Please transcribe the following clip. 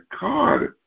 God